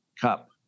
Cup